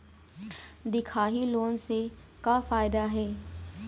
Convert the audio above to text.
दिखाही लोन से का फायदा हे?